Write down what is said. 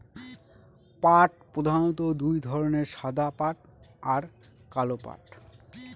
পাট প্রধানত দু ধরনের সাদা পাট আর কালো পাট